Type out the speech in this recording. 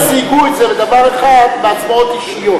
הם סייגו את זה לדבר אחד, בהצבעות אישיות.